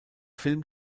film